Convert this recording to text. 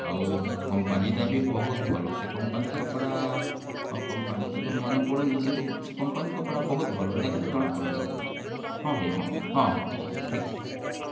ଆଉ କମ୍ପାନୀଟା ବି ବହୁତ୍ ଭଲ ସେ କମ୍ପାନୀ କପଡ଼ା ହଁ କମ୍ପାନୀଟା ତ ମନେପଡ଼ୁନାହିଁ କିନ୍ତୁ ସେ କମ୍ପାନୀ କପଡ଼ା ବହୁତ ଭଲ ଦେଖିଲେ ଜଣାପଡ଼ିଯିବ ହଁ ଭାଇ ହଁ ହଁ ହଁ ଠିକ୍ ଅଛି